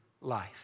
life